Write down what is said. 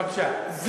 בבקשה.